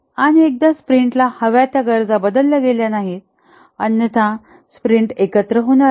आणि एकदा स्प्रिंटला हव्या त्या गरजा बदलल्या गेल्या नाहीत अन्यथा स्प्रिंट एकत्रीत होणार नाही